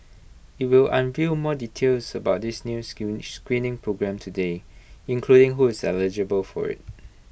IT will unveil more details about this new screening programme today including who is eligible for IT